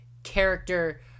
character